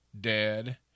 dead